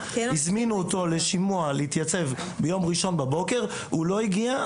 והזמינו אותו לשימוע להתייצב ביום ראשון בבוקר והוא לא הגיע,